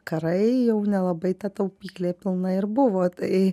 karai jau nelabai ta taupyklė pilna ir buvo tai